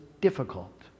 difficult